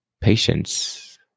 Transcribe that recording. patience